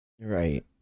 right